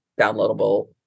downloadable